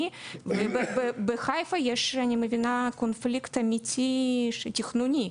מקומי ובחיפה יש אני מבינה קונפליקט אמיתי תכנוני,